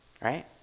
right